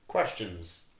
questions